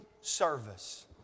service